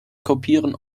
kopieren